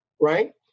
Right